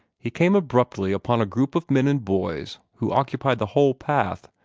he came abruptly upon a group of men and boys who occupied the whole path,